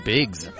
Biggs